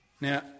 Now